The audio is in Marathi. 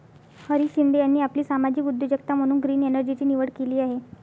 हरीश शिंदे यांनी आपली सामाजिक उद्योजकता म्हणून ग्रीन एनर्जीची निवड केली आहे